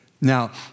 Now